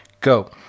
go